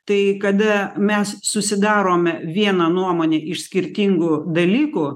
tai kada mes susidarome vieną nuomonę iš skirtingų dalykų